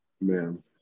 Man